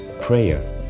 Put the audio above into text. prayer